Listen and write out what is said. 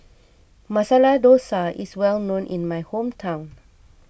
Masala Dosa is well known in my hometown